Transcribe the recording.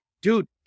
Dude